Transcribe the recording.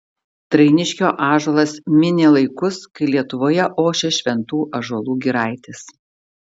trainiškio ąžuolas minė laikus kai lietuvoje ošė šventų ąžuolų giraitės